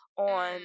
On